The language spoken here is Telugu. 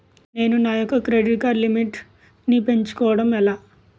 నేను నా యెక్క క్రెడిట్ కార్డ్ లిమిట్ నీ పెంచుకోవడం ఎలా?